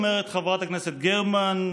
אומרת חברת הכנסת גרמן,